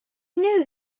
knew